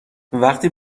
وقتی